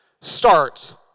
starts